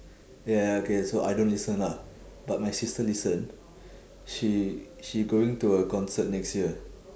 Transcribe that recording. ya okay so I don't listen lah but my sister listen she she going to a concert next year